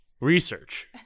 Research